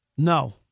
No